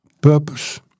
purpose